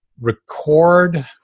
record